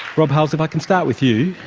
rob hulls, if i can start with you,